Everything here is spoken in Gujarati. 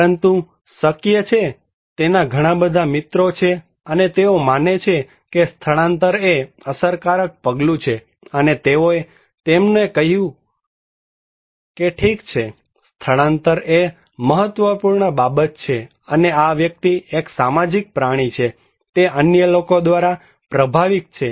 પરંતુ શક્ય છે કે તેના ઘણા બધા મિત્રો છે અને તેઓ માને છે કે સ્થળાંતર એ અસરકારક પગલું છે અને તેઓએ તેમને કહ્યું હતું કે ઠીક છે સ્થળાંતર એ એક મહત્વપૂર્ણ બાબત છે અને આ વ્યક્તિ એક સામાજિક પ્રાણી છે તે અન્ય લોકો દ્વારા પ્રભાવિક છે